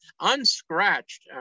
unscratched